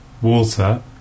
Water